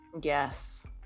Yes